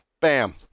bam